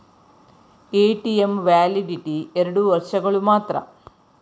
ATM validity ಎರಡು ವರ್ಷಗಳು ಮಾತ್ರ